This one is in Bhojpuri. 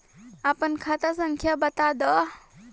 आपन खाता संख्या बताद